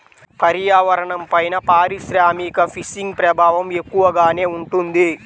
పర్యావరణంపైన పారిశ్రామిక ఫిషింగ్ ప్రభావం ఎక్కువగానే ఉంటుంది